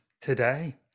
today